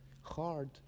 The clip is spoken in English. hard